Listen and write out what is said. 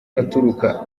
aturuka